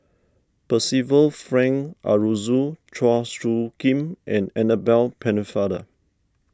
Percival Frank Aroozoo Chua Soo Khim and Annabel Pennefather